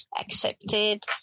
accepted